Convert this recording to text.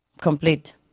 Complete